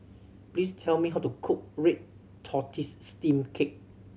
please tell me how to cook red tortoise steamed cake